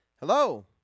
Hello